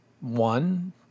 one